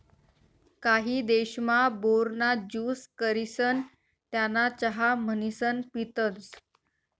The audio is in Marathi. काही देशमा, बोर ना ज्यूस करिसन त्याना चहा म्हणीसन पितसं